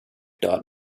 dot